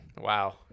Wow